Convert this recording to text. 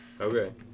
Okay